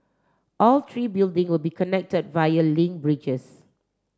all three building will be connected via link bridges